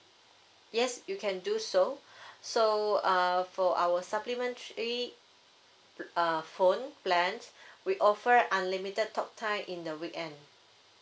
yes you can do so so uh for our supplementary uh phone plans we offer unlimited talk time in the weekend